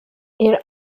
ihr